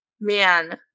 man